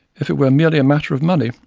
if it were merely a matter of money,